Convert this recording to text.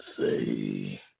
say